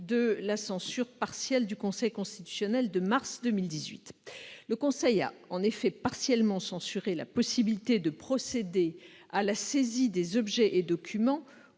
de la censure partielle prononcée par le Conseil constitutionnel en mars 2018. Le Conseil constitutionnel a partiellement censuré la possibilité de procéder à la saisie des objets et documents